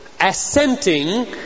assenting